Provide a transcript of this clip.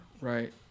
Right